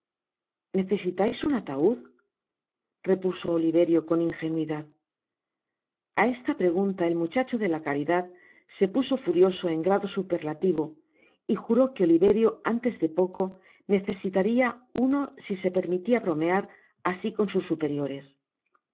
necesitais un ataud repuso oliverio con ingenuidad a esta pregunta el muchacho de la caridad se puso furioso en grado superlativo y juró que oliverio antes de poco necesitaria uno si se permitia bromear asi con sus superiores